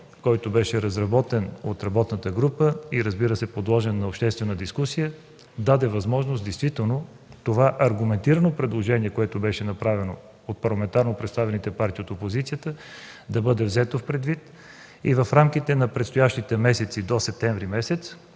който беше разработен от работната група и подложен на обществена дискусия, даде възможност действително това аргументирано предложение, което беше направено от парламентарно представените партии от опозицията, да бъде взето предвид и в рамките на предстоящите месеци – до месец